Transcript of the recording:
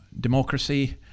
democracy